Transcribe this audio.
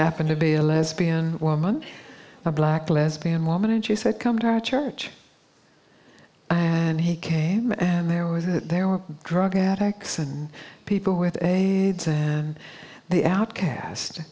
happened to be a lesbian woman a black lesbian woman and she said come to our church and he came and there was that there were drug addicts and people with aids and the outcast